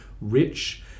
rich